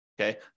okay